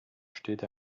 steht